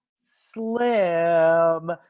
slim